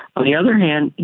on the other hand,